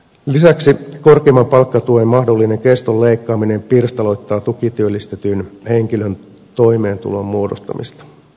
lisäksi korkeimman palkkatuen mahdollinen keston leikkaaminen pirstaloittaa tukityöllistetyn henkilön toimeentulon muodostamista